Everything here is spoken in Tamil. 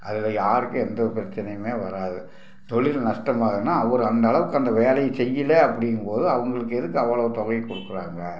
அதில் யாருக்கும் எந்த பிரச்சினையுமே வராது தொழில் நஷ்டமாகுதுனால் அவர் அந்தளவுக்கு அந்த வேலை செய்யலை அப்படிங்கும் போது அவங்களுக்கு எதுக்கு அவ்வ்ளோவு தொகை கொடுக்கறாங்க